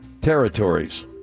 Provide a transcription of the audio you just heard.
territories